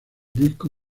disco